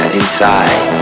inside